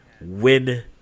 win